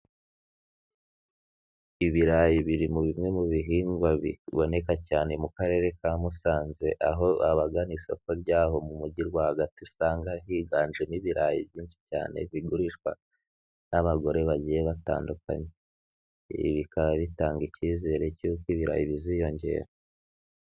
Ibirayi biri mu bimwe mu bihingwa biboneka cyane mu karere ka Musanze, aho abagana isoko ry'aho mu mujyi rwagati usanga higanjemo ibirayi byinshi cyane bigurishwa n'abagore bagiye batandukanye, ibi bikaba bitanga icyizere cy'uko ibirayi biziyongera.